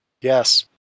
Yes